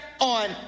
on